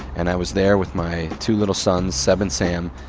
and i was there with my two little sons, seb and sam,